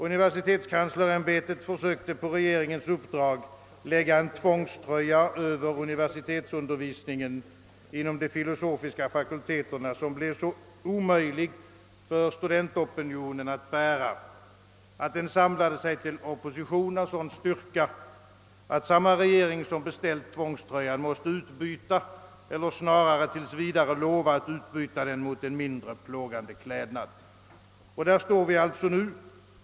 Universitetskanslersämbetet försökte på regeringens uppdrag lägga en tvångströja över universitetsundervisningen inom de filosofiska fakulteterna, som blev så omöjlig för studentopinionen att bära, att denna samlade sig till opposition av sådan styrka, att samma regering som beställt tvångströjan måste utbyta eller snarare tills vidare lova att utbyta den mot en mindre plågande klädnad. Där står vi alltså nu.